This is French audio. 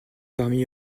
parmi